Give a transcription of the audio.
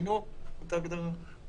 שינו את ההגדרה.